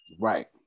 Right